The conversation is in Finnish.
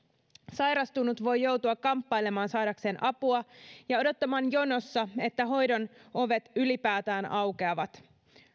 sairastunut voi joutua kamppailemaan saadakseen apua ja odottamaan jonossa että hoidon ovet ylipäätään aukeavat